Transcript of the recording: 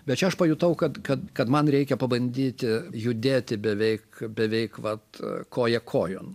bet čia aš pajutau kad kad kad man reikia pabandyti judėti beveik beveik vat koja kojon